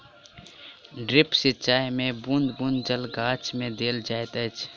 drip सिचाई मे बूँद बूँद जल गाछ मे देल जाइत अछि